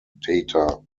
data